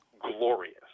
glorious